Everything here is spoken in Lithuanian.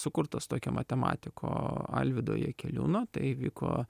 sukurtas tokio matematiko alvydo jakeliūno tai vyko